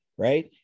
Right